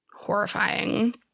horrifying